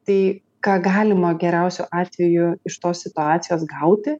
tai ką galima geriausiu atveju iš tos situacijos gauti